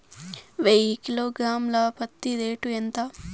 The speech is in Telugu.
వెయ్యి కిలోగ్రాము ల పత్తి రేటు ఎంత?